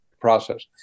process